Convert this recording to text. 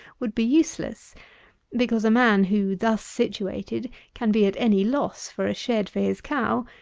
would be useless because a man who, thus situated, can be at any loss for a shed for his cow,